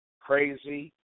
Crazy